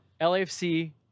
LAFC